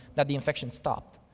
that the infection stopped.